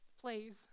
please